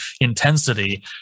intensity